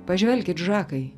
pažvelkit žakai